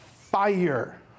fire